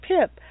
PIP